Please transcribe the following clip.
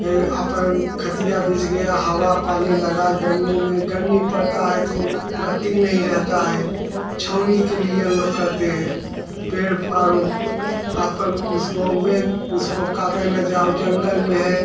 ये अपन खटिया बिच गया हवा पानी लगा गर्मी में गर्मी पड़ता है तो बत्ती नहीं रहता है छाँव के लिए हम लोग करते हैं पेड़ पेरो अपन उसको मैं उसको काटे ना जो जंगल में है